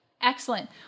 excellent